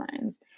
lines